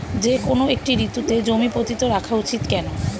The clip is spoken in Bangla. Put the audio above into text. যেকোনো একটি ঋতুতে জমি পতিত রাখা উচিৎ কেন?